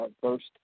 first